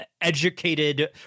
educated